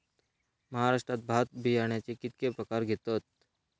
महाराष्ट्रात भात बियाण्याचे कीतके प्रकार घेतत?